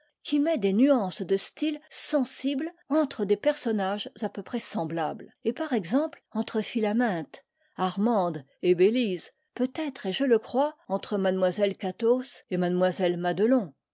qui met des nuances de style sensibles entre des personnages à peu près semblables et par exemple entre philaminte armande et bélise peut-être et je le crois entre mademoiselle cathos et